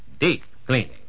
Deep-cleaning